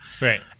Right